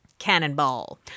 cannonball